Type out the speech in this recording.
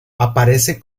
aparece